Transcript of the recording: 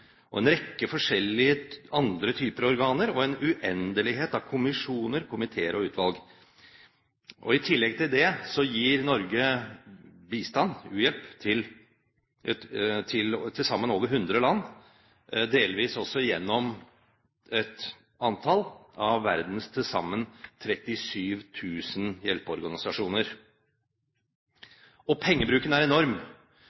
en rekke forskjellige andre typer organer og en uendelighet av kommisjoner, komiteer og utvalg. I tillegg gir Norge bistand til over hundre land, delvis også gjennom et antall av verdens til sammen